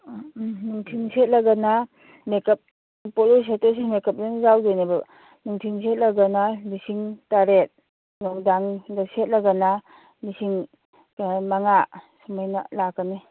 ꯅꯨꯡꯊꯤꯜ ꯁꯦꯠꯂꯒꯅ ꯃꯦꯛꯀꯞ ꯄꯣꯂꯣꯏ ꯁꯦꯠꯇꯣꯏꯁꯦ ꯃꯦꯀꯞ ꯂꯣꯏ ꯌꯥꯎꯗꯣꯏꯅꯦꯕ ꯅꯨꯡꯊꯤꯟ ꯁꯦꯠꯂꯒꯅ ꯂꯤꯁꯤꯠ ꯇꯔꯦꯠ ꯅꯨꯡꯗꯥꯡꯗ ꯁꯦꯠꯂꯒꯅ ꯂꯤꯁꯤꯡ ꯃꯉꯥ ꯁꯨꯃꯥꯏꯅ ꯂꯥꯛꯀꯅꯤ